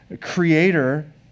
creator